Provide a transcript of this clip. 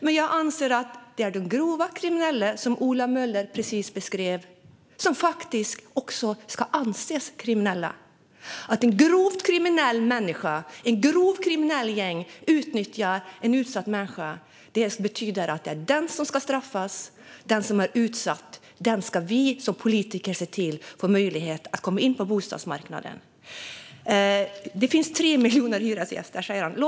Men jag anser att det är de grovt kriminella, som Ola Möller precis beskrev, som faktiskt också ska anses vara kriminella. Om en grovt kriminell människa eller ett grovt kriminellt gäng utnyttjar en utsatt människa är det de som ska straffas. Vi som politiker ska se till att den som är utsatt får möjlighet att komma in på bostadsmarknaden. Det finns 3 miljoner hyresgäster, säger Ola Möller.